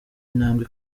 intambwe